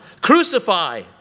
crucify